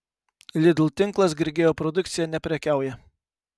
lidl tinklas grigeo produkcija neprekiauja